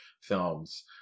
films